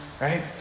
Right